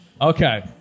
Okay